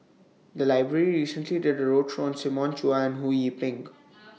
The Library recently did A roadshow on Simon Chua and Ho Yee Ping